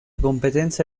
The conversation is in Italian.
competenze